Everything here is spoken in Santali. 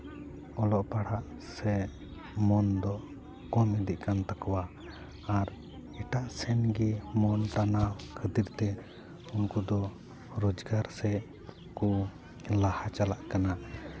ᱚᱞᱚᱜ ᱯᱟᱲᱦᱟᱜ ᱥᱮᱜ ᱢᱚᱱ ᱫᱚ ᱠᱚᱢ ᱤᱫᱤᱜ ᱠᱟᱱ ᱛᱟᱠᱚᱣᱟ ᱟᱨ ᱮᱴᱟᱜ ᱥᱮᱱ ᱜᱮ ᱢᱚᱱ ᱴᱟᱱᱟᱣ ᱠᱷᱟᱹᱛᱤᱨ ᱛᱮ ᱩᱱᱠᱩ ᱫᱚ ᱨᱳᱡᱽᱜᱟᱨ ᱥᱮᱜ ᱠᱚ ᱞᱟᱦᱟ ᱪᱟᱞᱟᱜ ᱠᱟᱱᱟ